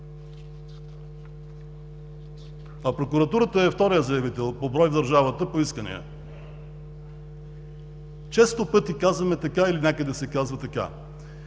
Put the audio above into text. Прокуратурата е вторият заявител по брой в държавата по искания. Често пъти казваме, или някъде се казва така: